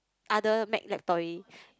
other Mac laptop already